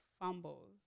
fumbles